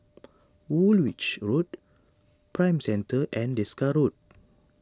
Woolwich Road Prime Centre and Desker Road